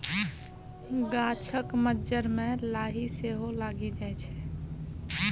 गाछक मज्जर मे लाही सेहो लागि जाइ छै